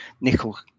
nickel